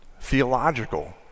theological